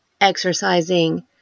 exercising